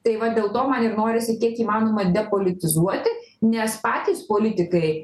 tai vat dėl to man ir norisi kiek įmanoma depolitizuoti nes patys politikai